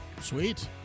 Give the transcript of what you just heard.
Sweet